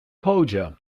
koga